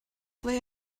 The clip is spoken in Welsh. ble